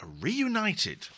reunited